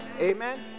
Amen